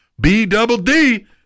B-double-D